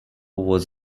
was